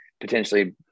potentially